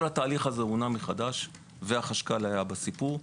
כל התהליך הזה הונע מחדש והחשכ"ל היה בסיפור.